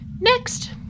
Next